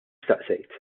staqsejt